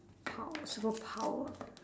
power superpower